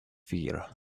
fear